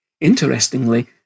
Interestingly